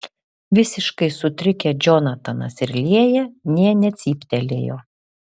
visiškai sutrikę džonatanas ir lėja nė necyptelėjo